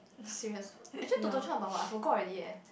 serious actually Totto-chan about what I forgot already leh